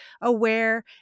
aware